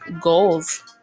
goals